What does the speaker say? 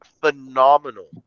phenomenal